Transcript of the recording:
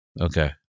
Okay